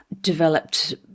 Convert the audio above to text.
developed